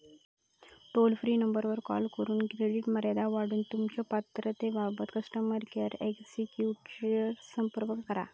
toll free नंबरवर call करून credit मर्यादा वाढवूक तुमच्यो पात्रतेबाबत कस्टमर केअर एक्झिक्युटिव्हशी संपर्क करा